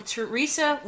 Teresa